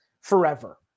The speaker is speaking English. forever